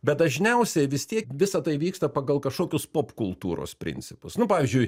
bet dažniausiai vis tiek visa tai vyksta pagal kažkokius popkultūros principus nu pavyzdžiui